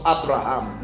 Abraham